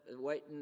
waiting